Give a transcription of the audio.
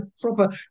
proper